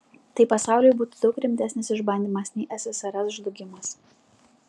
tai pasauliui būtų daug rimtesnis išbandymas nei ssrs žlugimas